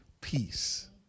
peace